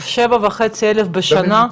7,500 בשנה?